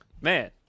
man